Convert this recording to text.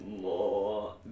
More